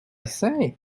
say